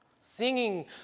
singing